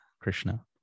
krishna